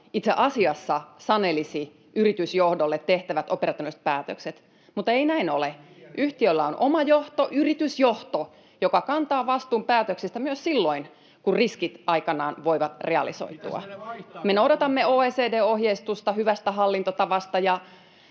itse asiassa sanelisi yritysjohdolle tehtävät operatiiviset päätökset, mutta ei näin ole. [Jani Mäkelän välihuuto] Yhtiöllä on oma johto, yritysjohto, joka kantaa vastuun päätöksestä myös silloin, kun riskit aikanaan voivat realisoitua. [Mauri Peltokankaan välihuuto] Me noudatamme OECD:n ohjeistusta hyvästä hallintotavasta, ja